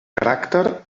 caràcter